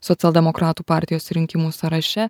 socialdemokratų partijos rinkimų sąraše